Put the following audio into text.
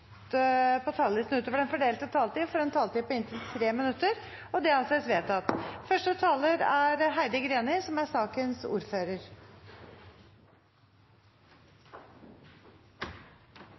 på talerlisten utover den fordelte taletid, får en taletid på inntil 3 minutter. – Det anses vedtatt. Som sakens ordfører